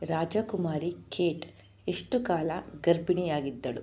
ರಾಜಕುಮಾರಿ Kate ಎಷ್ಟು ಕಾಲ ಗರ್ಭಿಣಿಯಾಗಿದ್ದಳು